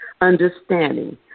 understanding